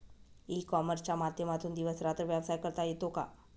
E कॉमर्सच्या माध्यमातून दिवस रात्र व्यवसाय करता येतो का?